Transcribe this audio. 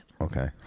Okay